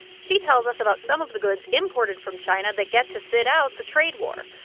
she tells us about some of the goods imported from china that get to sit out the trade war.